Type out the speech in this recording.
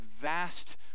vast